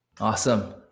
Awesome